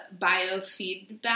biofeedback